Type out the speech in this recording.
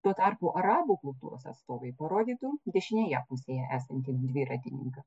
tuo tarpu arabų kultūros atstovai parodytų dešinėje pusėje esantį dviratininką